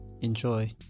Enjoy